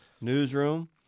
newsroom